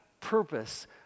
purpose